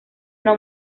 una